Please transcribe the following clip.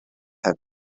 have